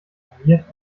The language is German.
informiert